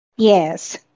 Yes